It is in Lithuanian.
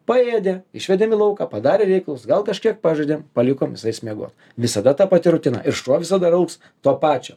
paėdė išvedėme į lauką padarė reikalus gal kažkiek pažaidėm palikome jis eis miegot visada ta pati rutina ir šuo visada lauks to pačio